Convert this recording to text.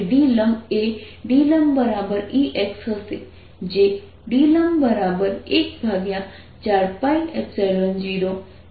જો હું તેને બરાબર બનાવું તો ચાલો અમુક ટર્મ 14π0કેન્સલ કરો